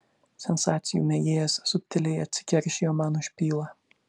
sensacijų mėgėjas subtiliai atsikeršijo man už pylą